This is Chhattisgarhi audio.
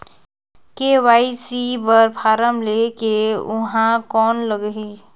के.वाई.सी बर फारम ले के ऊहां कौन लगही?